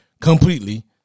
completely